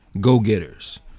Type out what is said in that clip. go-getters